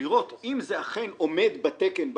לראות אם זה אכן עומד בתקן,